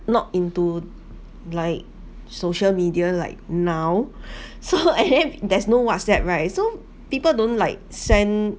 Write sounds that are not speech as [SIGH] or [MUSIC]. not into like social media like now so [LAUGHS] and then there's no whatsapp right so people don't like send